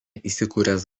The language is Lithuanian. įsikūręs